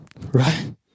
Right